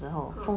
mm